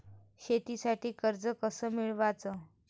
शेतीसाठी कर्ज कस मिळवाच?